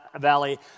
Valley